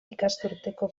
ikasturteko